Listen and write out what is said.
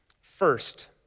First